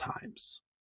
times